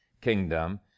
kingdom